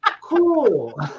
cool